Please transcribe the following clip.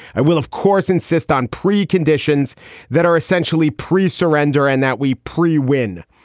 i will, of course, insist on preconditions that are essentially pre surrender and that we pre win.